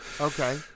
okay